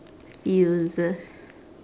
feels